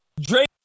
Drake